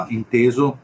inteso